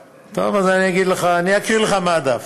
קצרה, טוב, אז אני אקריא לך מהדף.